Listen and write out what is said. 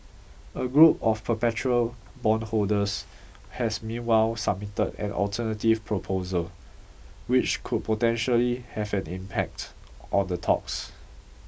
a group of perpetual bondholders has meanwhile submitted an alternative proposal which could potentially have an impact on the talks